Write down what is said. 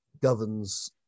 governs